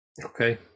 Okay